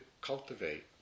cultivate